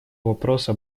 вопроса